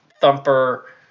Thumper